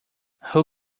who